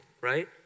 right